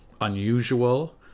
Unusual